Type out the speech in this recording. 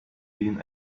been